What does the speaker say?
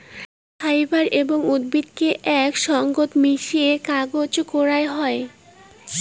fibre এবং উদ্ভিদকে আক সঙ্গত মিশিয়ে কাগজ করাং হই